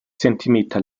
zentimeter